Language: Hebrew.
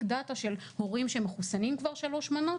דאטה של הורים שמחוסנים כבר שלוש מנות,